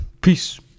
Peace